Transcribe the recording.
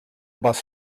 bus